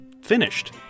finished